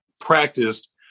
practiced